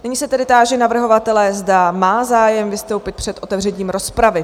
Nyní se tedy táži navrhovatele, zda má zájem vystoupit před otevřením rozpravy?